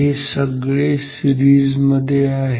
ते सगळे सीरिजमध्ये आहेत